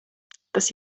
tas